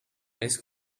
ice